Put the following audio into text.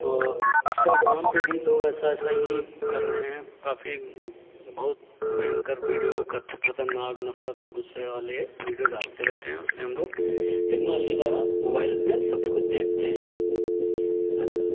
और इंस्टाग्राम पे भी लोग ऐसा ऐसा ही कर रहे हैं काफ़ी बहुत भयंकर वीडियो खतरनाक नफ़रत और गुस्से वाली ये वीडियो डालते रहते हैं उससे हम लोग टेक्नोलॉजी द्वारा मोबाइल में सब कुछ देखते हैं थैंक यू धन्यवाद